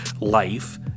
life